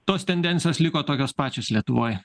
tos tendencijos liko tokios pačios lietuvoj